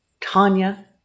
Tanya